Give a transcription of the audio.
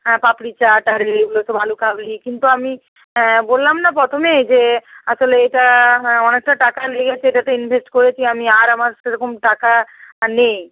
হ্যাঁ পাপড়ি চাট আরে এগুলো সব আলুকাবলি কিন্তু আমি বললাম না প্রথমেই যে আসলে এটা হ্যাঁ অনেকটা টাকা লেগেছে এটাতে ইনভেস্ট করেছি আমি আর আমার সেরকম টাকা নেই